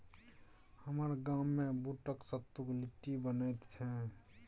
हमर गाममे बूटक सत्तुक लिट्टी बनैत छै